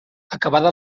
acabada